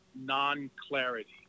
non-clarity